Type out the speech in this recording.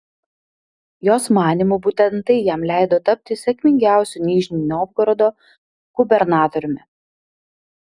jos manymu būtent tai jam leido tapti sėkmingiausiu nižnij novgorodo gubernatoriumi